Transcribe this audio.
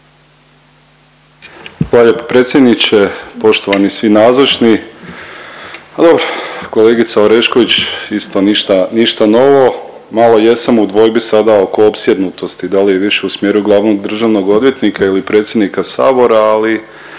lijepo predsjedniče. Poštovani svi nazočni. A dobro kolegica Orešković isto ništa novo, malo jesam u dvojbi sada oko opsjednutosti da li je više u smjeru glavnog državnog odvjetnika ili predsjednika Sabora, ali